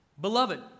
Beloved